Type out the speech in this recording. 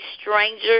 stranger